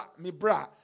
Mibra